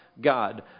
God